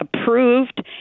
approved